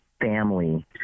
family